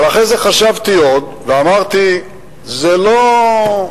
אבל אחרי זה חשבתי עוד ואמרתי זה לא,